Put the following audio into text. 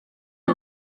缓慢